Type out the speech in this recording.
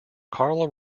karl